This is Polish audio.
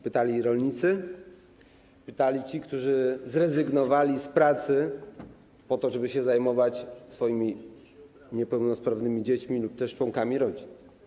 Pytali rolnicy, pytali ci, którzy zrezygnowali z pracy, żeby się zajmować swoimi niepełnosprawnymi dziećmi lub też członkami rodzin.